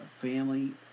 family